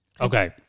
Okay